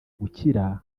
gukira